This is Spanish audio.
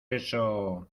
eso